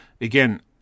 again